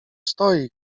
stoi